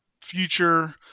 future